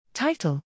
Title